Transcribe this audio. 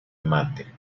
mate